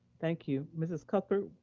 thank you. mrs. cuthbert,